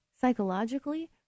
psychologically